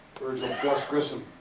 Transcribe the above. virgil gus grissom.